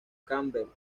campbell